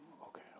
Okay